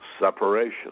separation